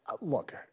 Look